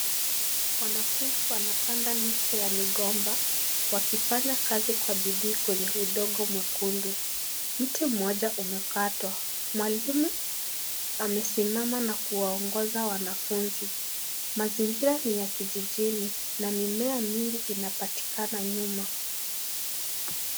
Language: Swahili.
Wanafunzi wanapanda miche ya migomba, wakifanya kazi kwa bidii kwenye udongo mwekundu. mche mmoja umekatwa, mwalimu amesimama na kuwaongoza wanafunzi. Mazingira ni ya kijijini na mimea mingi inapatikana nyuma.